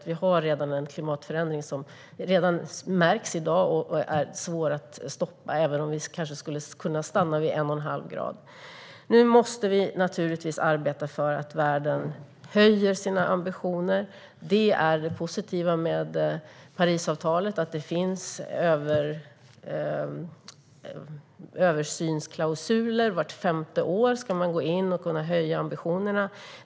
Vi har en klimatförändring som märks redan i dag och är svår att stoppa även om vi skulle kunna stanna vid 1,5 grader. Nu måste vi arbeta för att världens länder ska höja sina ambitioner. Det är det positiva med Parisavtalet. Det finns översynsklausuler - vart femte år ska man kunna gå in och höja ambitionerna.